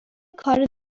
کار